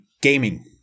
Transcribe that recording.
gaming